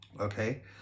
okay